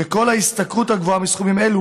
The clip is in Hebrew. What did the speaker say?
וכל השתכרות הגבוהה מסכומים אלה